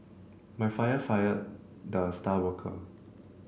my father fired the star worker